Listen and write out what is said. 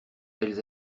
elles